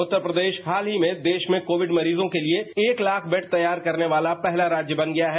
उत्तर प्रदेश हाल ही में देश में कोविड मरीजों के लिए एक लाख बेड तैयार करने वाला पहला राज्य बन गया है